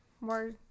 more